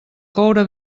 coure